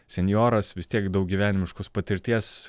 senjoras vis tiek daug gyvenimiškos patirties